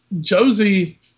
Josie